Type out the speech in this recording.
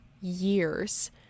years